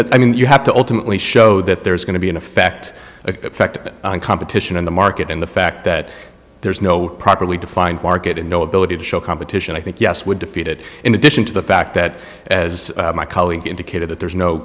that i mean you have to ultimately show that there is going to be an effect of effect on competition in the market and the fact that there is no properly defined market and no ability to show competition i think yes would defeat it in addition to the fact that as my colleague indicated that there's no